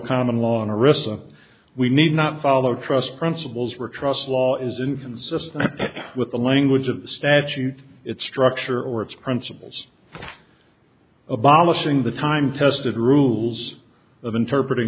common law on arista we need not follow trust principles were trust law is inconsistent with the language of the statute its structure or its principles abolishing the time tested rules of interpret ing